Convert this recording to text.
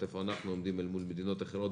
איפה אנחנו עומדים אל מול מדינות אחרות,